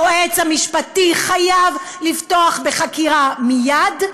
היועץ המשפטי חייב לפתוח בחקירה מייד,